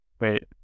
Wait